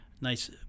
nice